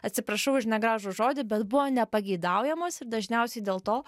atsiprašau už negražų žodį bet buvo nepageidaujamos ir dažniausiai dėl to